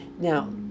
Now